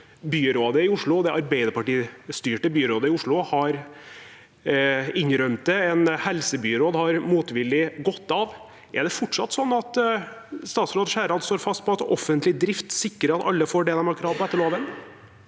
Arbeiderparti-styrte byrådet i Oslo har innrømmet det. En helsebyråd har motvillig gått av. Står statsråd Skjæran fortsatt fast på at offentlig drift sikrer at alle får det de har krav på etter loven?